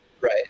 Right